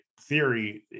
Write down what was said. theory